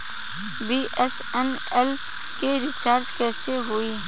BSNL के recharge कैसे होयी?